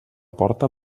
porta